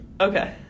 Okay